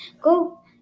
go